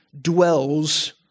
dwells